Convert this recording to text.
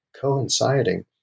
coinciding